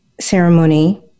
ceremony